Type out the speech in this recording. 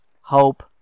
hope